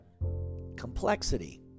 complexity